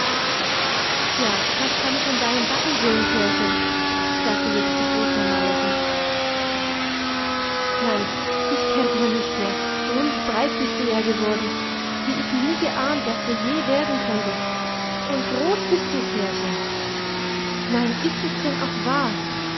ja das kann ich an deinen backen sehen klärchen sagte jetzt die großmama lachend nein dich kennt man nicht mehr rund breit bist du ja geworden wie ich nie geahnt daß du je werden könntest und groß bist du klärchen nein ist es denn auch wahr